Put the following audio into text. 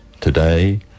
today